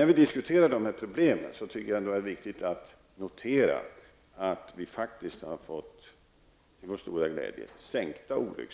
När vi diskuterar dessa problem är det ändå viktigt att notera att olyckstalen till vår stora glädje har sänkts under